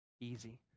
easy